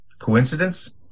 coincidence